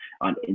on